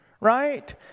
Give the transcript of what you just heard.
Right